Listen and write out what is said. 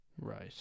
Right